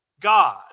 God